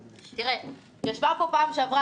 תראה, ישבה פה פעם שעברה